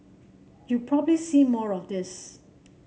you probably see more of this